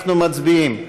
אנחנו מצביעים.